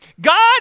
God